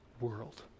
world